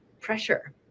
pressure